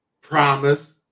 promise